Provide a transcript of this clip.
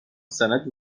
سند